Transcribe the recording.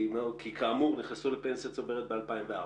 כי כאמור נכנסו לפנסיה צוברת ב-2004.